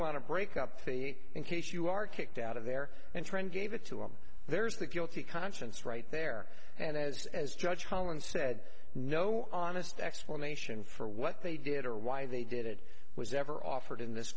want to break up the in case you are kicked out of there and trent gave it to him there's the guilty conscience right there and as judge holland said no honest explanation for what they did or why they did it was never offered in th